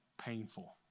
painful